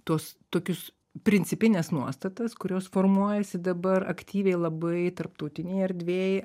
tuos tokius principines nuostatas kurios formuojasi dabar aktyviai labai tarptautinėj erdvėj